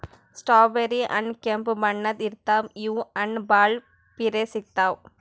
strawberry ಹಣ್ಣ್ ಕೆಂಪ್ ಬಣ್ಣದ್ ಇರ್ತವ್ ಇವ್ ಹಣ್ಣ್ ಭಾಳ್ ಪಿರೆ ಸಿಗ್ತಾವ್